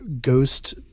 ghost